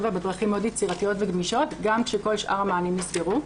בדרכים מאוד יצירתיות וגמישות גם כשכל שאר המענים נסגרו.